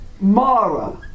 Mara